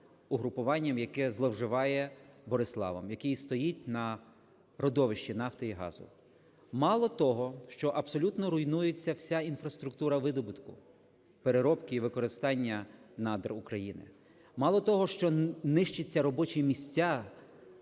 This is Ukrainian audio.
угрупуванням, яке зловживає Бориславом, який стоїть на родовищі нафти і газу. Мало того, що абсолютно руйнується вся інфраструктура видобутку, переробки і використання надр України. Мало того, що нищаться робочі місця